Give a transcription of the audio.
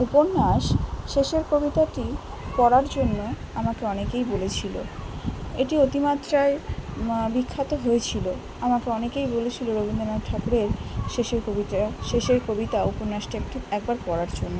উপন্যাস শেষের কবিতাটি পড়ার জন্য আমাকে অনেকেই বলেছিল এটি অতিমাত্রায় বিখ্যাত হয়েছিল আমাকে অনেকেই বলেছিল রবীন্দ্রনাথ ঠাকুরের শেষের কবিতা শেষের কবিতা উপন্যাসটি একটি একবার পড়ার জন্য